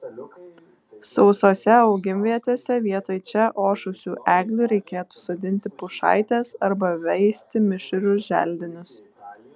sausose augimvietėse vietoj čia ošusių eglių reikėtų sodinti pušaites arba veisti mišrius želdinius